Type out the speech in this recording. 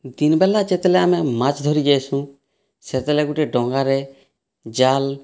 ଦିନ୍ ବେଲା ଯେତେଲେ ଆମେ ମାଛ ଧରି ଯାଇଁସୁ ସେତେଲେ ଗୋଟିଏ ଡଙ୍ଗାରେ ଜାଲ୍